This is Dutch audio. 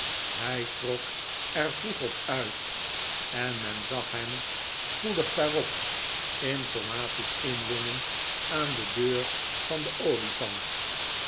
hij trok er vroeg op uit en men zag hem spoedig daarop informaties inwinnen aan de deur van de olifant